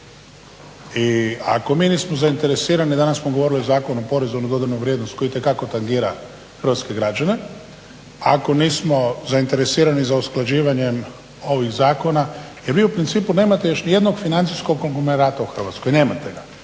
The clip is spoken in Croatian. i ako mi nismo bili zainteresirani, danas smo govorili o Zakonu o PDV koji itekako tangira hrvatske građane. Ako nismo zainteresirani za usklađivanje ovih zakona. Jer vi u principu nemate ni još jednog financijskog konglomerata u Hrvatskoj, nemate ga.